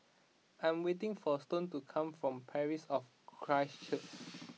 I'm waiting for Stone to come from Parish of Christ Church